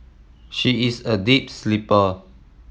she is a deep sleeper